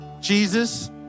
Jesus